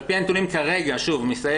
על פי הנתונים כרגע מ-2019,